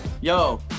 Yo